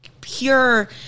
pure